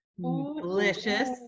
Delicious